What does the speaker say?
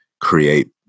create